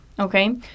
Okay